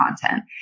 content